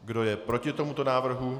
Kdo je proti tomuto návrhu?